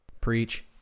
preach